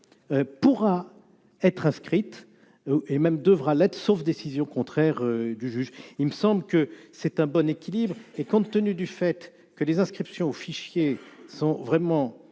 pourra être inscrite et même devra l'être, sauf décision contraire du juge, il me semble que c'est un bon équilibre et compte tenu du fait que les inscriptions au fichier sont vraiment